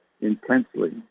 intensely